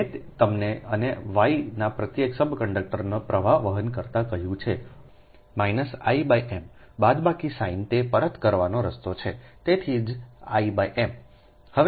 મેં તમને અને Y ના પ્રત્યેક સબ કંડક્ટરને પ્રવાહ વહન કરતા કહ્યું છે I m બાદબાકી સાઇન તે પરત કરવાનો રસ્તો છે તેથી જ I m